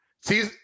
See